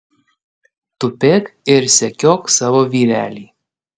tupėk ir sekiok savo vyrelį